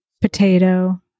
potato